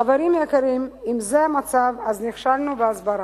חברים יקרים, אם זה המצב, אז נכשלנו בהסברה.